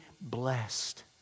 blessed